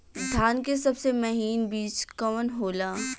धान के सबसे महीन बिज कवन होला?